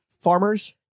farmers